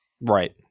Right